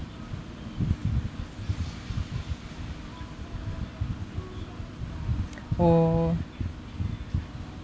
oh